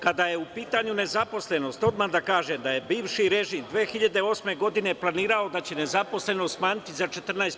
Kada je u pitanju nezaposlenost, odmah da kažem da je bivši režim 2008. godine planirao da će nezaposlenost smanjiti za 14%